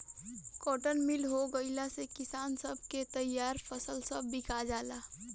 cotton mill हो गईला से किसान सब के तईयार फसल सब बिका जाला